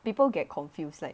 people get confused like